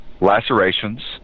lacerations